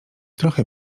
trochę